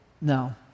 No